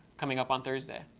coming up on thursday.